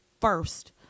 first